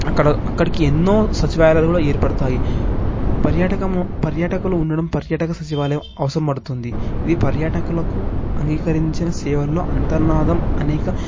అక్కడ అక్కడికి ఎన్నో సచివాలయాలు కూడా ఏర్పడతాయి పర్యాటకము పర్యాటకులు ఉండడం పర్యటక సచివాలయం అవసరం పడుతుంది ఈ పర్యాటకులకు అంగీకరించిన సేవలో అంతర్నాదం అనేక